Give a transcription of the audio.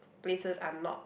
places are not